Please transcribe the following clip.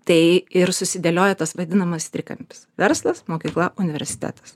tai ir susidėlioja tas vadinamas trikampis verslas mokykla universitetas